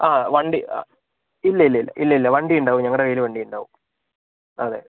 ആ വണ്ടി ഇല്ലയില്ല ഇല്ല ഇല്ലിയില്ല വണ്ടിയുണ്ടാവും ഞങ്ങളുടെ കയ്യിൽ വണ്ടിയുണ്ടാവും അതെ